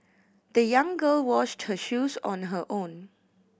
the young girl washed her shoes on her own